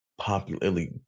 Popularly